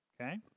okay